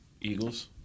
Eagles